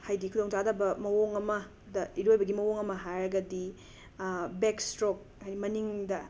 ꯍꯥꯏꯗꯤ ꯈꯨꯗꯣꯡꯆꯥꯗꯕ ꯃꯑꯣꯡ ꯑꯃꯗ ꯏꯔꯣꯏꯕꯒꯤ ꯃꯑꯣꯡ ꯑꯃ ꯍꯥꯏꯔꯒꯗꯤ ꯕꯦꯛꯁ꯭ꯇ꯭ꯔꯣꯛ ꯍꯥꯏꯗꯤ ꯃꯅꯤꯡꯗ